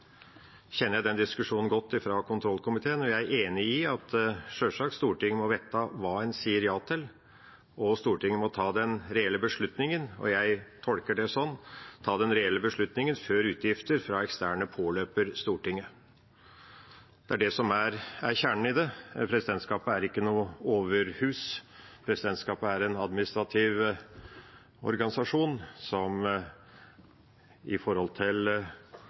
kjenner jeg den diskusjonen godt fra kontrollkomiteen, og jeg er enig i at Stortinget sjølsagt må vite hva en sier ja til, og at Stortinget må ta den reelle beslutningen. Jeg tolker det sånn: å ta den reelle beslutningen før utgifter fra eksterne påløper Stortinget. Det er det som er kjernen i det. Presidentskapet er ikke noe overhus, presidentskapet er en administrativ organisasjon som i forhold til